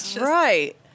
Right